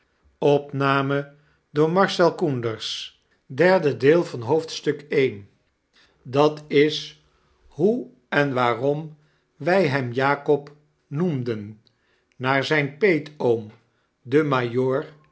dat is hoe en waarom wy hem jakob noemden naar zyn peetoom den